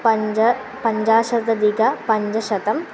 पञ्च पञ्चाशतधिकपञ्चशतम्